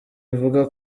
ivuga